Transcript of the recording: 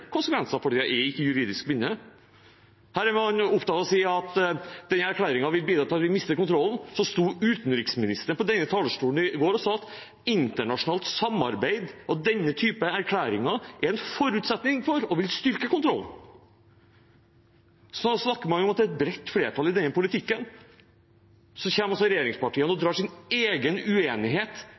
konsekvenser, for den er ikke juridisk bindende. Her er man opptatt av å si at denne erklæringen vil bidra til at vi mister kontrollen, og så sto utenriksministeren på denne talerstolen i går og sa at internasjonalt samarbeid av denne type erklæringer er en forutsetning for og vil styrke kontrollen. Da snakker man mot et bredt flertall i denne politikken. Så kommer altså regjeringspartiene og drar sin egen uenighet